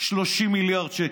30 מיליארד שקל.